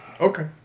okay